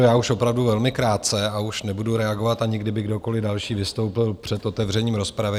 Já už opravdu velmi krátce a už nebudu reagovat, ani kdyby kdokoliv další vystoupil před otevřením rozpravy.